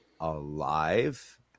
alive